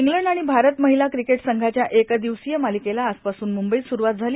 England आणि भारत महिला cricket संघांच्या एक दिवसीय मालिकेला आजपासून मुंबईत स्रुवात झाली